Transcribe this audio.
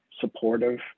supportive